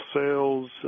sales